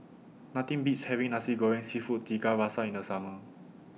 Nothing Beats having Nasi Goreng Seafood Tiga Rasa in The Summer